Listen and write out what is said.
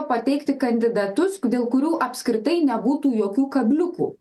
pateikti kandidatus dėl kurių apskritai nebūtų jokių kabliukų